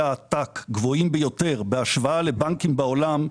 עתק גבוהים ביותר בהשוואה לבנקים בעולם,